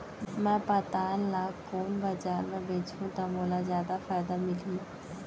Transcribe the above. मैं पताल ल कोन बजार म बेचहुँ त मोला जादा फायदा मिलही?